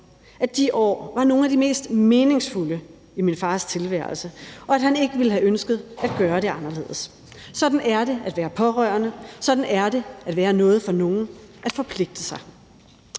at de år var nogle af de mest meningsfulde i min fars tilværelse, og at han ikke ville have ønsket at gøre det anderledes. Sådan er det at være pårørende. Sådan er det at være noget for nogen, at forpligte sig.